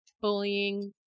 bullying